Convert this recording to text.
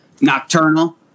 Nocturnal